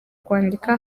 kwandika